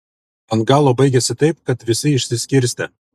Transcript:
ant galo baigėsi taip kad visi išsiskirstė